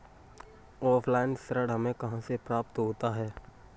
Offline ऋण हमें कहां से प्राप्त होता है?